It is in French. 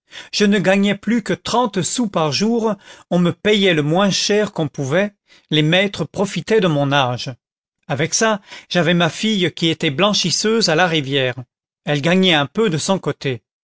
je ne gagnais plus que trente sous par jour on me payait le moins cher qu'on pouvait les maîtres profitaient de mon âge avec ça j'avais ma fille qui était blanchisseuse à la rivière elle gagnait un peu de son côté